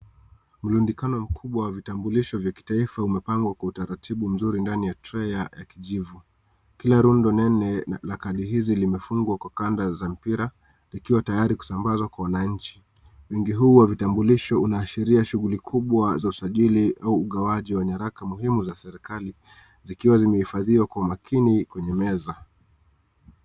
Mrundikano mkubwa wa vitambulisgho vya kitaifa umepangwa kwa utaratibu mzuri ndani ya trei ya kijivu. Kila rundo nene na kadi hizi zimefungwa na kanda za mpira zikiwa tayari kusambazwa kwa wananchi. Wingi huu wa vitambulisho unaashiria shughuli kubwa za usajili au ugawaji wa nyaraka muhimu za serikali zikiwa zimehifadhiwa kwa makini kwenye meza.